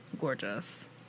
gorgeous